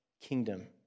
kingdom